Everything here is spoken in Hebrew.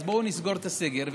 אז בואו נסגור את הסגר,